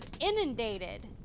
inundated